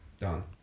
Done